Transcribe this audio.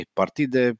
partide